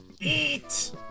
Eat